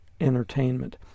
entertainment